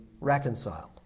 reconciled